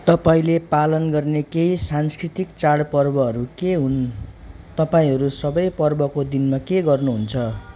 तपाईँले पालन गर्ने केही सांस्कृतिक चाड पर्वहरू के हुन् तपाईँहरू सबै पर्वको दिनमा के गर्नुहुन्छ